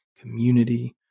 community